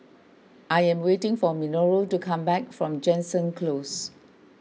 I am waiting for Minoru to come back from Jansen Close